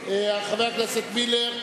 חבר הכנסת מילר,